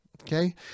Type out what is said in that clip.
Okay